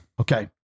okay